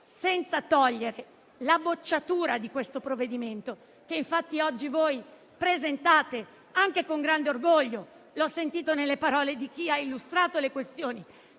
punto: togliere la bocciatura di questo provvedimento, che infatti voi oggi presentate con grande orgoglio. L'ho sentito nelle parole di chi ha illustrato la proposta di